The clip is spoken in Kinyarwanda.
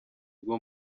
ubwo